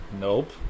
nope